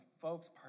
folks